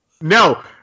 No